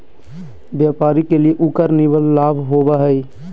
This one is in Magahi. व्यापारी के लिए उकर निवल लाभ होबा हइ